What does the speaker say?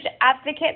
advocate